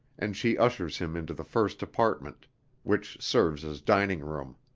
and she ushers him into the first apartment which serves as dining-room.